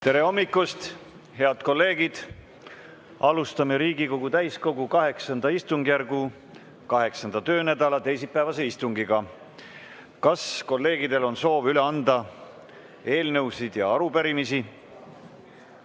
Tere hommikust, head kolleegid! Alustame Riigikogu täiskogu VIII istungjärgu 8. töönädala teisipäevast istungit. Kas kolleegidel on soovi üle anda eelnõusid ja arupärimisi?